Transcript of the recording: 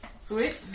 Sweet